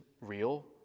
real